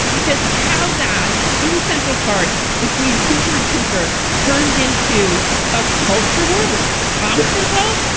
because how that in central park between cooper and cooper turned into a culture war with the cops involved.